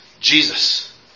Jesus